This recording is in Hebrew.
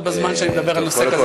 בזמן שאני מדבר על נושא כזה כואב.